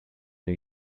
new